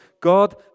God